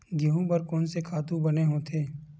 गेहूं बर कोन से खातु बने होथे?